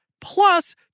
plus